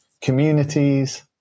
communities